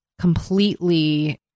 completely